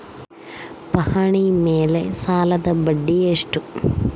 ಪಹಣಿ ಮೇಲೆ ಸಾಲದ ಬಡ್ಡಿ ಎಷ್ಟು?